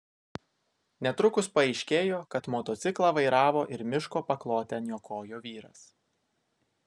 netrukus paaiškėjo kad motociklą vairavo ir miško paklotę niokojo vyras